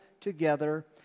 together